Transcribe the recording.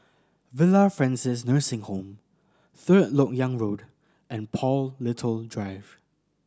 Villa Francis Nursing Home Third Lok Yang Road and Paul Little Drive